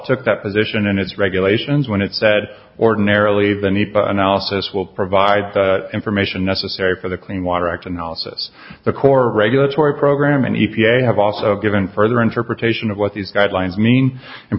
took that position in its regulations when it said ordinarily the need analysis will provide the information necessary for the clean water act analysis the court regulatory program and e p a have also given further interpretation of what these guidelines mean in